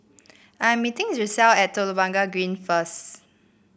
I am meeting Giselle at Telok Blangah Green first